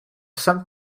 some